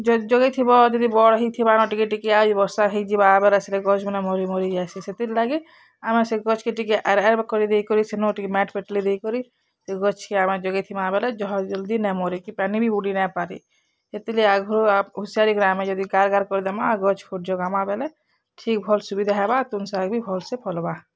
ଯଗେଇଥିବ ଯଦି ବଡ଼୍ ହେଇଥିବାନ ଟିକେ ଟିକେ ଆର୍ ବର୍ଷା ହେଇଯିବା ବୋଲେ ଗଛ୍ ମାନେ ମରିମରି ଯାଇସୀ ସେଥିର୍ ଲାଗି ଆମେ ସେ ଗଛ୍ କେ ଟିକେ ଆର୍ ଆର୍ କରିଦେଇକରି ସେନୁ ଟିକେ ମାଟ୍ ପେଟ୍ଲି ଦେଇକରି ଗଛ୍ କେ ଆମେ ଯଗାଇଥିବା ବେଲେ ଯହ ଜଲଦି ନାଇଁ ମରେ କି ପାନୀ ବି ଉଡ଼ି ନାଇଁ ପାରେ ହେଥିଲେ ଆଘରୁ ଆଃ ହୁସିଆର୍ ଗାର୍ ଗାର୍ କରିଦେମା ଗଛ୍ କୁ ଜାଗାମାଁ ବେଲେ ଠିକ୍ ଭଲ୍ ସୁବିଧା ହେବା ତୁନ୍ ଶାଗ୍ ବି ଭଲ୍ ସେ ଫଲ୍ବା